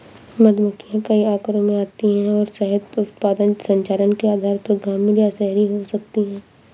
मधुमक्खियां कई आकारों में आती हैं और शहद उत्पादन संचालन के आधार पर ग्रामीण या शहरी हो सकती हैं